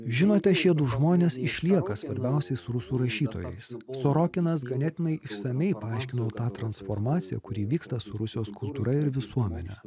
žinote šie du žmonės išlieka svarbiausiais rusų rašytojais sorokinas ganėtinai išsamiai paaiškina tą transformaciją kuri vyksta su rusijos kultūra ir visuomene